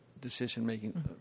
decision-making